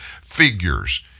figures